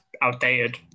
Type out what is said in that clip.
outdated